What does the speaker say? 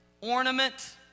ornament